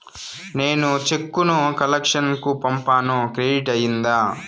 నేను చెక్కు ను కలెక్షన్ కు పంపాను క్రెడిట్ అయ్యిందా